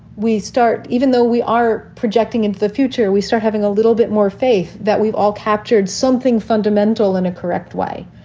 we start even though we are projecting into the future, we start having a little bit more faith that we've all captured something fundamental in a correct way.